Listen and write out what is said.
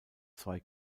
zwei